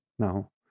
Now